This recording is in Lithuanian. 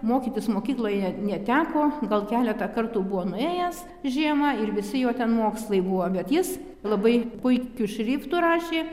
mokytis mokykloje neteko gal keletą kartų buvo nuėjęs žiemą ir visi jo ten mokslai buvo bet jis labai puikiu šriftu rašė